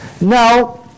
Now